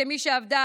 כמי שעבדה